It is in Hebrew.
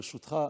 ברשותך,